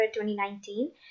2019